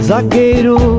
Zagueiro